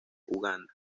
uganda